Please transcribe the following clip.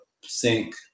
sink